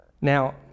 Now